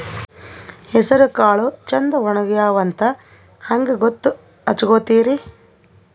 ಹೆಸರಕಾಳು ಛಂದ ಒಣಗ್ಯಾವಂತ ಹಂಗ ಗೂತ್ತ ಹಚಗೊತಿರಿ?